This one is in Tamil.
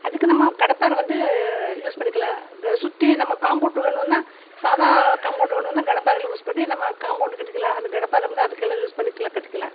அதுக்கு நம்ப கடப்பாரை வந்து யூஸ் பண்ணிக்கிலாம் சுற்றி நம்ப காம்ப்பவுட்டு வேணும்னா சாதா காம்ப்பவுண்டு வேணும்னா கடப்பாரையில் யூஸ் பண்ணி நம்ப காம்ப்பவுண்டு கட்டிக்கிலாம் அந்த கடப்பாரைருந்தா அதுக்கெல்லாம் யூஸ் பண்ணிக்கிலாம் கட்டிக்கிலாம்